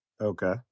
Okay